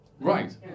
Right